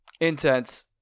Intense